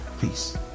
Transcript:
Peace